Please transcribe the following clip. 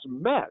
met